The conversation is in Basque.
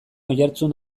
oihartzun